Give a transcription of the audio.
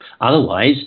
Otherwise